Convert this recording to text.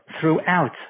throughout